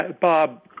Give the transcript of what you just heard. Bob